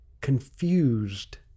confused